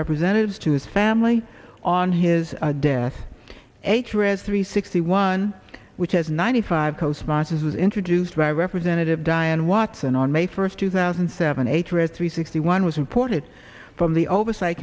representatives to his family on his death a trip three sixty one which has ninety five co sponsors was introduced by representative diane watson on may first two thousand seven hundred three sixty one was imported from the oversight